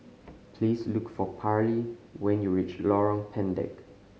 please look for Parlee when you reach Lorong Pendek